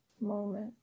moment